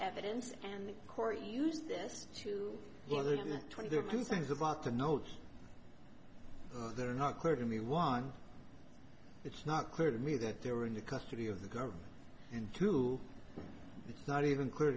evidence and the court used this to twenty two things about the notes that are not clear to me why it's not clear to me that they were in the custody of the government and to it's not even cl